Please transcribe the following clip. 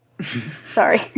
sorry